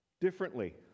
differently